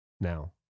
now